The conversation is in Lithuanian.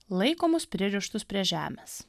laiko mus pririštus prie žemės